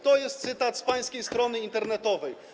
To jest cytat z pańskiej strony internetowej.